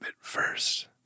first